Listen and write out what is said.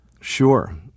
Sure